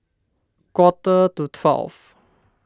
quarter to twelve